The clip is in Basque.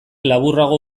laburrago